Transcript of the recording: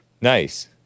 Nice